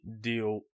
deal